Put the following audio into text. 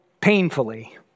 painfully